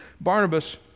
Barnabas